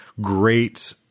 great